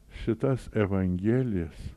šitas evangelijas